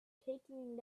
taking